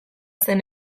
zen